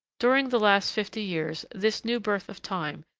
during the last fifty years, this new birth of time,